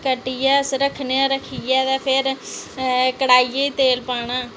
कट्टियै ते अस रक्खने आं रक्खियै कढाइयै च तेल पाना